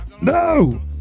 no